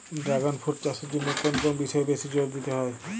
Dragon fruit চাষের জন্য কোন কোন বিষয়ে বেশি জোর দিতে হয়?